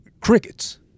crickets